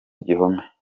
gihome